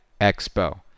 Expo